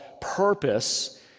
purpose